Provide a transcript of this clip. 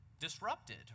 disrupted